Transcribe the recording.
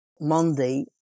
Monday